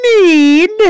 need